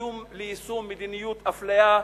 ליישום מדיניות אפליה,